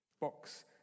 box